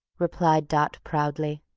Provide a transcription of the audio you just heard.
replied dot, proudly.